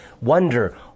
wonder